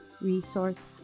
resource